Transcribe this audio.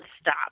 stop